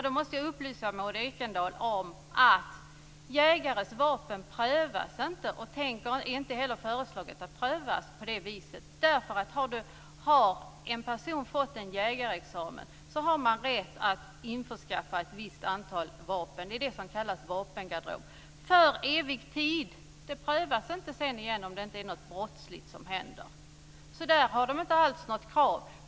Då måste jag upplysa Maud Ekendahl om att jägares vapentillstånd inte prövas. Det har inte heller föreslagits att de ska prövas på det sättet. Har en person fått en jägarexamen så har den personen rätt att införskaffa ett visst antal vapen - det är det som kallas vapengarderob - för evig tid. Tillstånden prövas inte igen om inte något brott inträffar. I fråga om detta finns det inga krav.